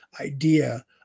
idea